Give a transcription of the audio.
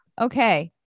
Okay